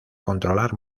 controlar